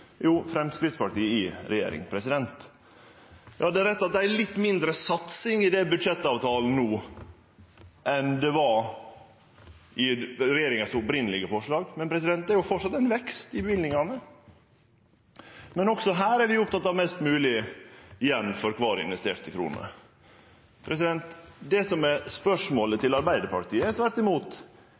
Jo, Framstegspartiet i regjering. Det er rett at det er litt mindre satsing i den budsjettavtalen no enn det var i regjeringas opphavelege forslag, men det er framleis ein vekst i løyvingane. Men også her er vi opptekne av mest mogleg igjen for kvar investerte krone. Det som er spørsmålet til Arbeidarpartiet, er tvert imot